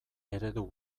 eredu